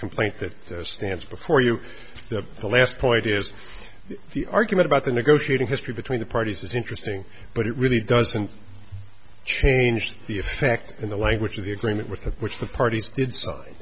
complaint that stands before you the last point is the argument about the negotiating history between the parties is interesting but it really doesn't change the effect in the language of the agreement with which the parties did sign